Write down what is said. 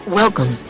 welcome